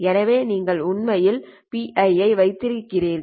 எனவே நீங்கள் உண்மையில் ஐ வைத்திருக்கிறீர்கள்